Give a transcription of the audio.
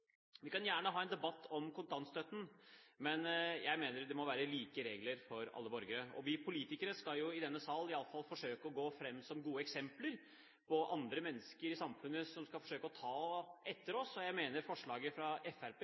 Vi kan gjerne ha en debatt om kontantstøtten, men jeg mener det må være like regler for alle borgere. Og vi politikere i denne sal skal iallfall forsøke å gå foran som et godt eksempel for andre mennesker i samfunnet, som skal forsøke å ta etter oss. Jeg mener at forslaget fra